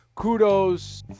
Kudos